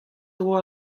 dro